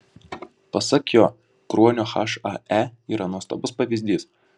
pasak jo kruonio hae yra nuostabus pavyzdys